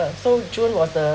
so june was the